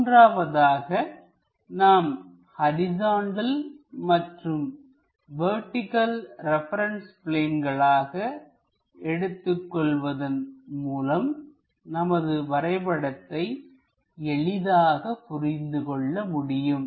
மூன்றாவதாக நாம் ஹரிசாண்டல் மற்றும் வெர்டிகள் ரெபரன்ஸ் பிளேன்களாக எடுத்துக் கொள்வதன் மூலம் நமது வரைபடத்தை எளிதாக புரிந்து கொள்ள முடியும்